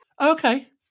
Okay